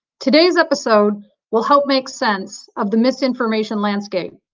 today's episode will help make sense of the misinformation landscape,